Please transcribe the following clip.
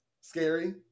Scary